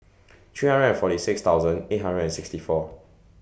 three hundred and forty six thousand eight hundred and sixty four